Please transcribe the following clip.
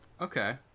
Okay